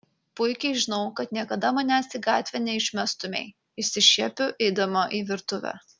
puikiai žinau kad niekada manęs į gatvę neišmestumei išsišiepiu eidama į virtuvę